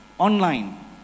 Online